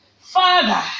Father